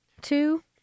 two